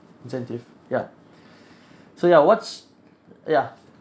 incentive ya so ya what's ya